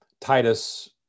Titus